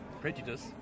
Prejudice